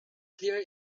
clear